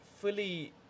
fully